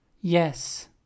Yes